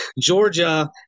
Georgia